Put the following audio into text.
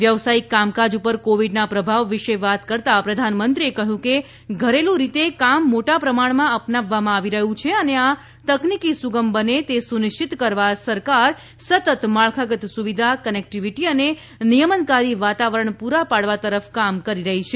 વ્યવસાયિક કામકાજ પર કોવીડના પ્રભાવ વિશે વાત કરતાં પ્રધાનમંત્રીએ કહ્યું કે ઘરેલુ રીતે કામ મોટા પ્રમાણમાં અપનાવવામાં આવી રહ્યું છે અને આ તકનીકી સુગમ બને તે સુનિશ્ચિત કરવા સરકાર સતત માળખાગત સુવિધા કનેક્ટિવિટી અને નિયમનકારી વાતાવરણ પૂરા પાડવા તરફ કામ કરી રહી છે